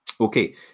Okay